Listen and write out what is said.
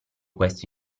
questo